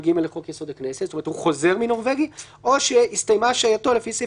הודעת החלפה נוספת בתקופת כהונתה של אותה הכנסת." " הסעיפים שהקראתי,